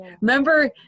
Remember